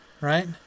right